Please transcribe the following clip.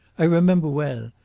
i remember well.